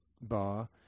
bar